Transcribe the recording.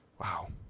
wow